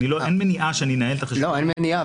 אין מניעה שאני אנהל את החשבון שלי --- לא אין מניעה,